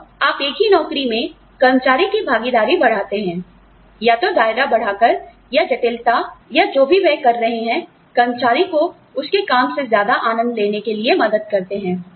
और आप एक ही नौकरी में कर्मचारी की भागीदारी बढ़ाते हैं या तो दायरा बढ़ाकर या जटिलता या जो भी वह कर रहे हैं कर्मचारी को उसके काम में ज्यादा आनंद लेने के लिए मदद करते हैं